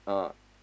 uh